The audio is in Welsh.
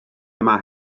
yma